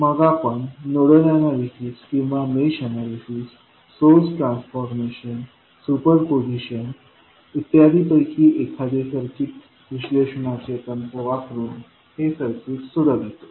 मग आपण nodal analysis किंवा mesh analysis source transformation superposition इत्यादी पैकी एखादे सर्किट विश्लेषणाचे तंत्र वापरून हे सर्किट सोडवितो